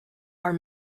are